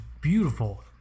beautiful